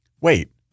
wait